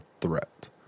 threat